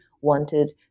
wanted